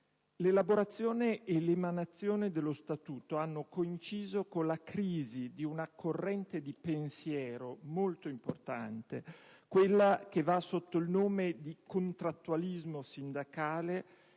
L'elaborazione e l'emanazione dello Statuto hanno coinciso con la crisi di una corrente di pensiero molto importante, quella che va sotto il nome di «contrattualismo sindacale»